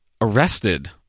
arrested